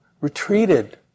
retreated